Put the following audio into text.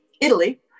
Italy